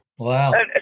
Wow